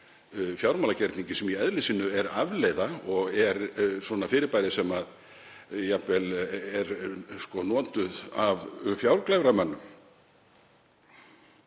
fjármálagerningi sem í eðli sínu er afleiða og er fyrirbæri sem jafnvel er notað af fjárglæframönnum.